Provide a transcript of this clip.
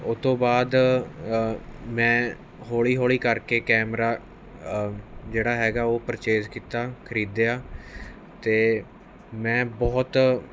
ਉਹਤੋਂ ਬਾਅਦ ਮੈਂ ਹੌਲੀ ਹੌਲੀ ਕਰਕੇ ਕੈਮਰਾ ਜਿਹੜਾ ਹੈਗਾ ਉਹ ਪਰਚੇਜ਼ ਕੀਤਾ ਖਰੀਦਿਆ ਅਤੇ ਮੈਂ ਬਹੁਤ